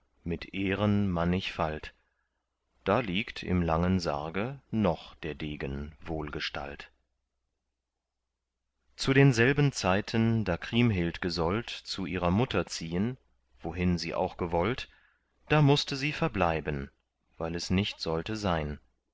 mit ehren mannigfalt da liegt im langen sarge noch der degen wohlgestalt zu denselben zeiten da kriemhild gesollt zu ihrer mutter ziehen wohin sie auch gewollt da mußte sie verbleiben weil es nicht sollte sein